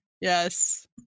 Yes